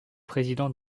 président